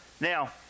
Now